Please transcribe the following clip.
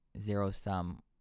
zero-sum